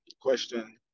question